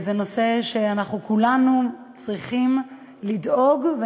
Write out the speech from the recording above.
כולנו צריכים לדאוג לה,